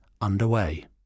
underway